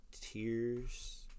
tears